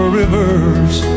rivers